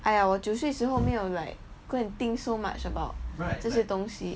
哎呀我九岁时后没有 like go and think so much about 这些东西